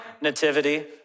nativity